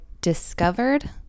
discovered